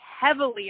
heavily